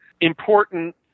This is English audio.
important